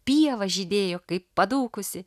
pieva žydėjo kaip padūkusi